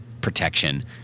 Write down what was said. protection